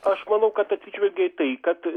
aš manau kad atsižvelgia į tai kad